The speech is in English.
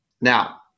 Now